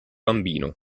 bambino